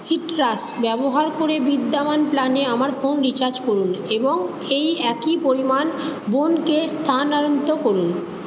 citrus ব্যবহার করে বিদ্যমান প্ল্যানে আমার ফোন রিচার্জ করুন এবং এই একই পরিমাণ বোনকে স্থানারন্ত করুন